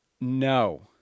No